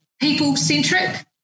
people-centric